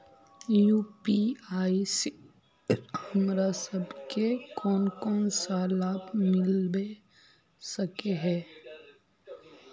UPI से हमरा सब के कोन कोन सा लाभ मिलबे सके है?